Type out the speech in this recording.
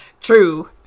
True